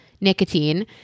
nicotine